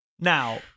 Now